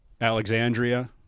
Alexandria